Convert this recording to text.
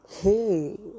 hey